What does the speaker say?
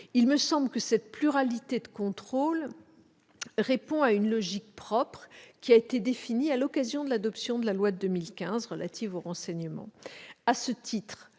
Il me semble que cette pluralité de contrôles répond à une logique propre, qui a été définie à l'occasion de l'adoption de la loi de 2015 relative au renseignement.